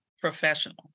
professional